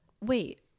Wait